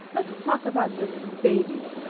let's talk about the b-baby.